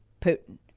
Putin